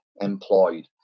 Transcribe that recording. employed